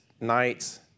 nights